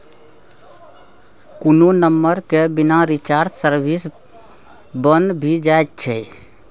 कोनो नंबर केर बिना रिचार्ज सर्विस बन्न भ जाइ छै